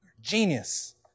Genius